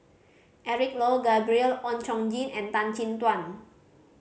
Eric Low Gabriel Oon Chong Jin and Tan Chin Tuan